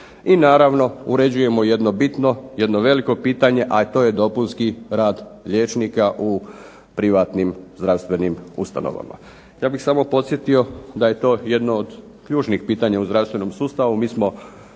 I naravno uređujemo jedno bitno, jedno veliko pitanje, a to je dopunski rad liječnika u privatnim zdravstvenim ustanovama. Ja bih samo podsjetio da je to jedno od ključnih pitanja u zdravstvenom sustavu.